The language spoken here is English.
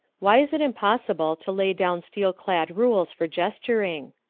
why is it impossible to lay down steel-clad rules for gesturing?